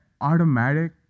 automatic